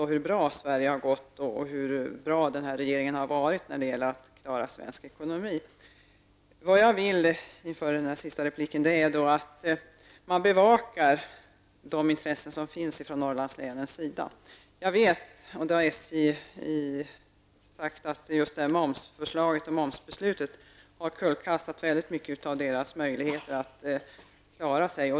Vi hör emellanåt hur bra det har gått i Sverige och hur bra den här regeringen har varit när det gällt att klara svensk ekonomi. Vad jag vill är att man bevakar Norrlandslänens intressen. Jag vet att -- det har man sagt också från SJ -- just momsbeslutet har omkullkastat mycket av SJs möjligheter att klara sig.